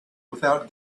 without